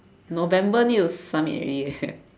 November need to submit already eh